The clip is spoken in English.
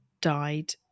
died